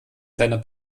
seiner